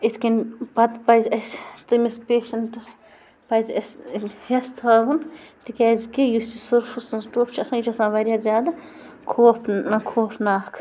اِتھٕ کٔنۍ پتہٕ پزِ اَسہِ پٮ۪شنٹٕس پزِ اَسہِ ہٮ۪س تھاوُن تِکیٛازِ کہِ یُس یہِ سۄرپھٕ سٕنٛز ٹوٚف چھِ یہِ چھِ آسان وارٕیاہ زیادٕ خوف خوفناک